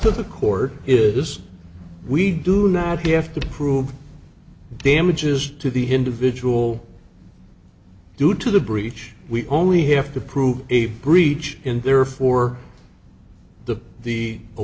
the court is we do not have to prove damages to the individual due to the breach we only have to prove a breach and therefore the the